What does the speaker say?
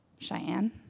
Cheyenne